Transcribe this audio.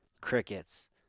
Crickets